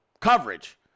coverage